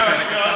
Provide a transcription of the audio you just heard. עדיין פרק